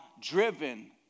Driven